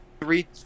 three